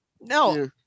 No